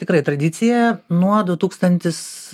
tikrai tradicija nuo du tūkstantis